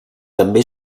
també